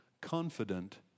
confident